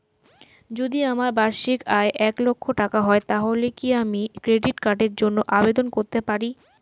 যদি আমার বার্ষিক আয় এক লক্ষ টাকা হয় তাহলে কি আমি ক্রেডিট কার্ডের জন্য আবেদন করতে পারি?